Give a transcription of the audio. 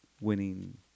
winning